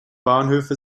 bahnhöfe